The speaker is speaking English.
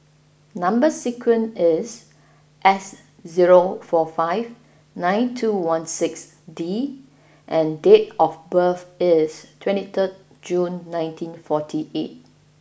number sequence is S zero four five nine two one six D and date of birth is twenty three June nineteen forty eight